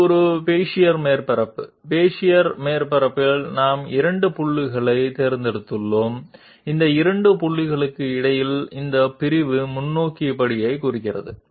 ఇది Bezier surface Bezier surface పై మేము రెండు పాయింట్లను ఎంచుకున్నాము మరియు ఈ రెండు పాయింట్ల మధ్య ఈ విభాగం ఫార్వర్డ్ స్టెప్ ను సూచిస్తుంది